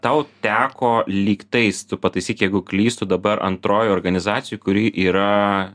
tau teko lygtais tu pataisyk jeigu klystu dabar antroj organizacijoj kuri yra